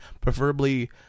preferably